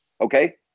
okay